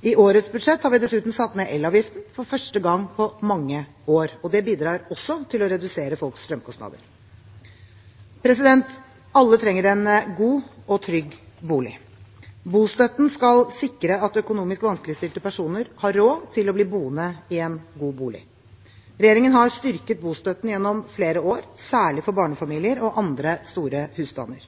I årets budsjett har vi dessuten satt ned elavgiften for første gang på mange år. Det bidrar også til å redusere folks strømkostnader. Alle trenger en god og trygg bolig. Bostøtten skal sikre at økonomisk vanskeligstilte personer har råd til å bli boende i en god bolig. Regjeringen har styrket bostøtten gjennom flere år, særlig for barnefamilier og andre store husstander.